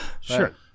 Sure